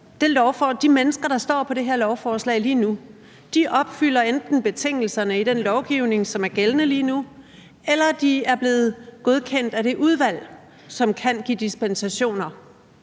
de mennesker, der står på det her lovforslag lige nu, enten opfylder betingelserne i den lovgivning, som er gældende lige nu, eller er blevet godkendt af det udvalg, som kan give dispensationer